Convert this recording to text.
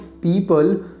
people